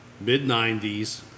mid-90s